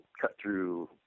cut-through